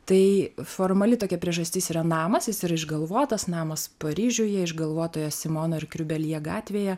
tai formali tokia priežastis yra namas jis ir išgalvotas namas paryžiuje išgalvotoje simono ir kriubelje gatvėje